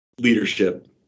leadership